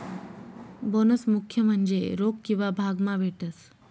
bonus मुख्य म्हन्जे रोक किंवा भाग मा भेटस